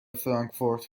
فرانکفورت